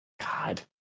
God